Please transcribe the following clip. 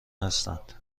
هستند